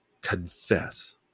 confess